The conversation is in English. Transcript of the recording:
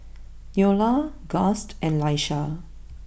Neola Gust and Laisha